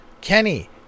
Kenny